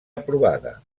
aprovada